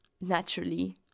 naturally